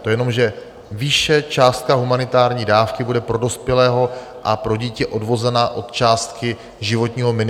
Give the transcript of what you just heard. To jenom, že výše částky humanitární dávky bude pro dospělého a pro dítě odvozena od částky životního minima.